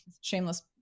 shameless